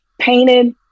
painted